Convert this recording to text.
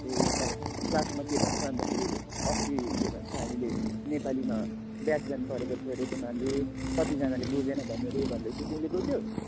ए तर क्लासमा के भन्छ अन्तखेरि अस्ति के भन्छ हामीले नेपालीमा व्याकरण पढेको थियो अरे तिमीहरूले कतिजनाले बुझेन भन्यो अरे भन्दैथियो तिमीले बुझ्यौ